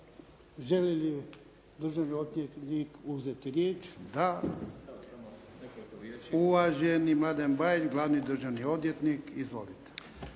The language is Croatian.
Želi li državni odvjetnik uzeti riječ? Da. Uvaženi Mladen Bajić, glavni državni odvjetnik. Izvolite.